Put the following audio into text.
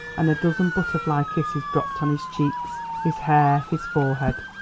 and a dozen butterfly kisses dropped on his cheeks, his hair, his forehead.